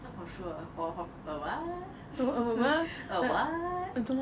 not for sure for for for a what a a a what